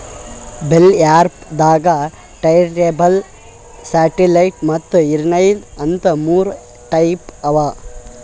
bell wrapper ದಾಗಾ turntable satellite ಮತ್ತ್ inline ಅಂತ್ ಮೂರ್ ಟೈಪ್ ಅವಾ